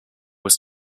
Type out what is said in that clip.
was